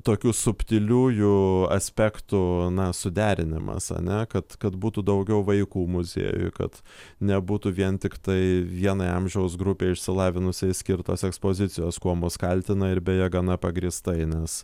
tokių subtiliųjų aspektų suderinimas ane kad kad būtų daugiau vaikų muziejuj kad nebūtų vien tiktai vienai amžiaus grupei išsilavinusiai skirtos ekspozicijos kuo mus kaltina ir beje gana pagrįstai nes